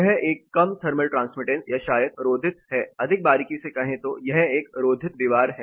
यह एक कम थर्मल ट्रांसमिटेंस या शायद रोधित है अधिक बारीकी से कहें तो यह एक रोधित दीवार है